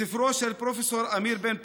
בספרו של פרופ' אמיר בן פורת,